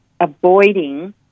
avoiding